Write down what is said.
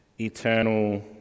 eternal